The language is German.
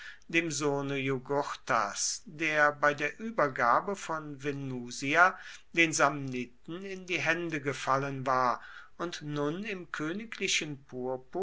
dem sohne jugurthas der bei der übergabe von venusia den samniten in die hände gefallen war und nun im königlichen